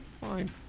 Fine